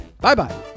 Bye-bye